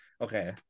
Okay